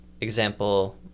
Example